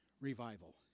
revival